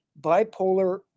bipolar